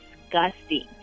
disgusting